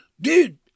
dude